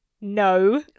no